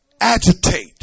agitate